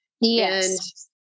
Yes